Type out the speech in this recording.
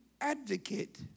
advocate